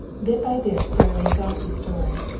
bit by bit sara lee got the story,